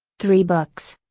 three books.